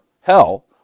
hell